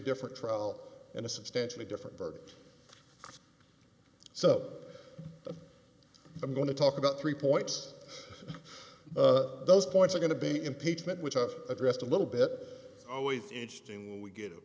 different trial in a substantially different verdict so i'm going to talk about three points those points are going to be impeachment which i addressed a little bit always interesting when we get u